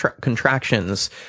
contractions